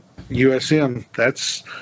USM—that's